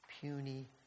puny